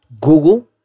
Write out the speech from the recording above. Google